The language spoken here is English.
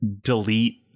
delete